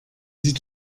sie